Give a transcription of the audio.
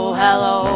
hello